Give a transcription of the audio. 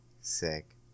Sick